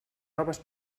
noves